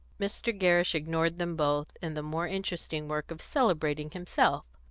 mr. gerrish ignored them both in the more interesting work of celebrating himself.